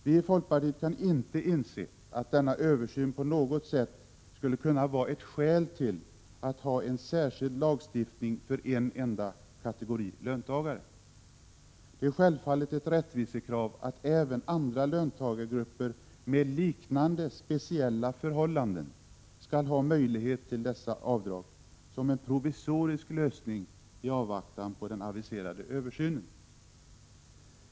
Vi i folkpartiet kan inte inse att denna översyn på något sätt skulle kunna vara ett skäl till att ha en särskild lagstiftning för en enda kategori löntagare. Det är självfallet ett rättvisekrav att även andra löntagargrupper med liknande speciella förhållanden skall ha möjlighet till dessa avdrag som en provisorisk lösning i avvaktan på den aviserade översynen.